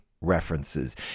references